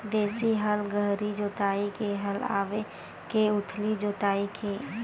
देशी हल गहरी जोताई के हल आवे के उथली जोताई के?